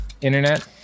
Internet